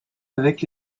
avec